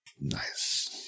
Nice